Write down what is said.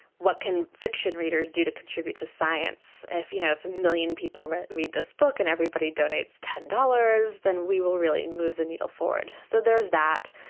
what can fiction readers do to contribute to science if you know a million people read read this book and everybody donates ten dollars, then we will really move the needle forward. so there's that.